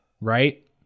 right